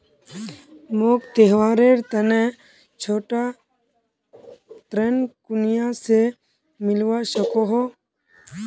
मोक त्योहारेर तने छोटा ऋण कुनियाँ से मिलवा सको हो?